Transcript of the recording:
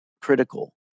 critical